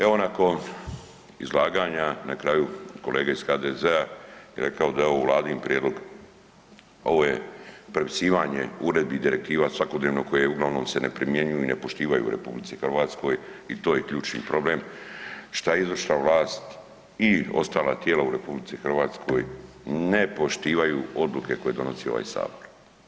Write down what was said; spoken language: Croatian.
Evo nakon izlaganja na kraju kolega iz HDZ-a je rekao da je ovo Vladin prijedlog, ovo je prepisivanje uredbi i direktiva svakodnevno koje je uglavnom se ne primjenjuju i ne poštivaju u RH i to je ključni problem šta je izvršna vlast i ostala tijela u RH ne poštivaju odluke koje donosi ovaj sabor.